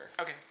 Okay